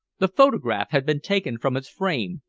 the photograph had been taken from its frame,